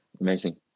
amazing